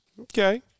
Okay